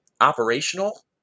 operational